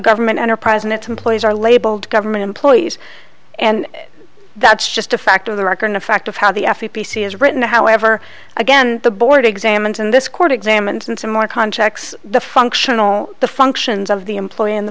government enterprise and its employees are labeled government employees and that's just a fact of the record the fact of how the f e c is written however again the board examines in this court examines in some more context the functional the functions of the employee in the